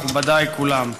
מכובדיי כולם.